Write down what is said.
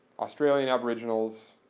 australian aboriginal,